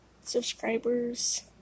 subscribers